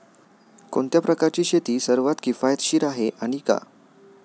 कोणत्या प्रकारची शेती सर्वात किफायतशीर आहे आणि का?